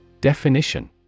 Definition